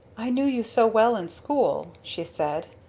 i knew you so well in school, she said,